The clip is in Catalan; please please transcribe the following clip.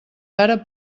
ara